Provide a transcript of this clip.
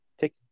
take